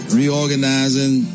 reorganizing